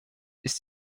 ist